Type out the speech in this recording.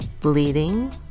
bleeding